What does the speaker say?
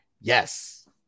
yes